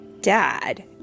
dad